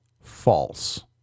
False